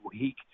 week